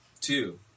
Two